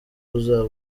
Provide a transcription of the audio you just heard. uzaba